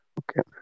okay